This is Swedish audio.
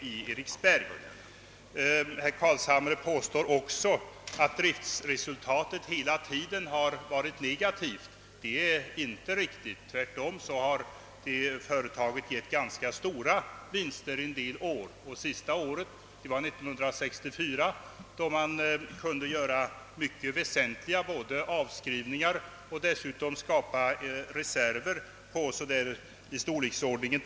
Herr Carlshamre påstår också att driftresultatet hela tiden varit negativt. Det är inte riktigt. Tvärtom har företaget givit ganska stora vinster under en del år, senaste gång under 1964, då man kunde göra betydande avskrivningar och dessutom skapa betydande reserver.